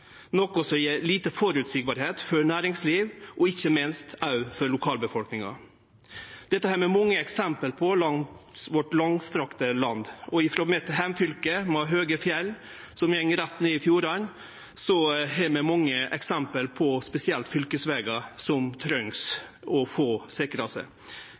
som gjer det lite føreseieleg for næringsliv og ikkje minst òg for lokalbefolkninga. Dette har vi mange eksempel på i det langstrekte landet vårt. Frå heimfylket mitt, med høge fjell som går rett ned i fjordane, har vi mange eksempel på spesielt fylkesvegar som